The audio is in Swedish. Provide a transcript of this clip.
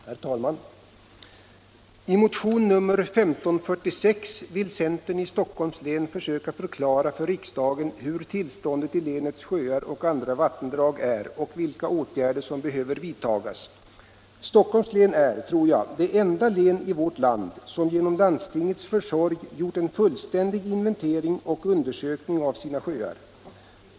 Herr talman! I motion nr 1546 vill centern i Stockholms län försöka förklara för riksdagen hur tillståndet i länets sjöar och andra vattendrag är och vilka åtgärder som behöver vidtas. Stockholms län är, tror jag, det enda län i vårt land som genom landstingets försorg gjort en fullständig inventering och undersökning av sina sjöar.